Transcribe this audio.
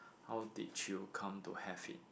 how did you come to have it